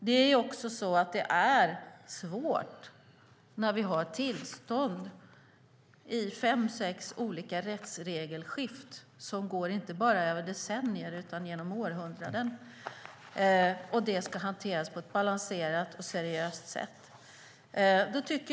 Det är också svårt när vi har tillstånd i fem sex olika rättsregelskift som går inte bara över decennier utan även genom århundraden och detta ska hanteras på ett balanserat och seriöst sätt.